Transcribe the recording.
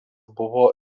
buvo